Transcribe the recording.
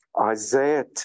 Isaiah